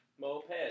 Moped